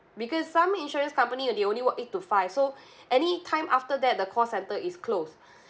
because some insurance company they only work eight to five so any time after that the call centre is closed